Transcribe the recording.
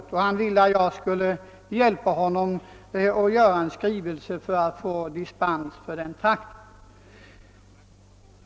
Nu ville han att jag skulle hjälpa honom med en skrivelse för att få dispens för denna traktor.